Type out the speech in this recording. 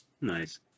Nice